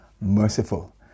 merciful